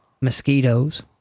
mosquitoes